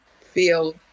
feel